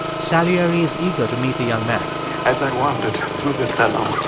salieri is eager to meet the young man as i wandered through the salon,